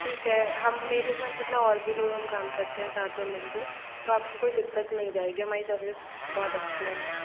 ठीक है हम मेरे साथ मतलब और भी लोग हम काम करते हैं साथ में मिल कर तो आपको कोई दिक्कत नहीं जाएगी हमारी सर्विस बहुत अच्छी है मैम